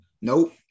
nope